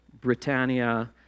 Britannia